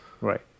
Right